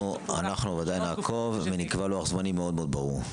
אנחנו ודאי נעקוב ונקבע לוח זמנים מאוד מאוד ברור.